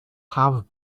have